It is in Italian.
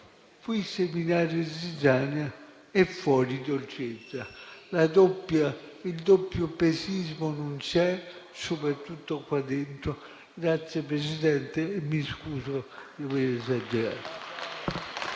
qui seminare zizzania e fuori dolcezza. Il doppiopesismo non c'è, soprattutto qua dentro. Grazie, Presidente, e mi scuso di aver esagerato.